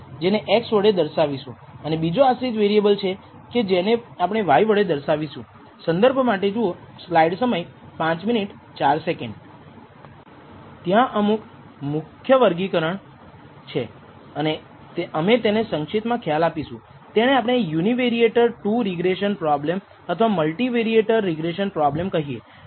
હવે આપણે એમ પણ માની લીધું છે કે આપણે કરેલા તમામ માપદંડો વ્યાજબી રીતે સારા છે અને ત્યાં કોઈ ખરાબ ડેટા પોઇન્ટ્સ નથી અથવા જેને ડેટામાં આઉટલિઅર્સ કહીએ છીએ